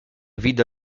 vide